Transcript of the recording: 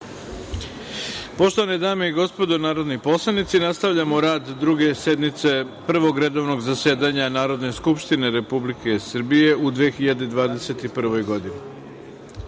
Poštovane dame i gospodo narodni poslanici, nastavljamo rad Druge sednice Prvog redovnog zasedanja Narodne skupštine Republike Srbije u 2021. godini. Na